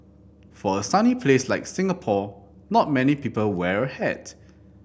for a sunny place like Singapore not many people wear a hat